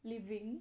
living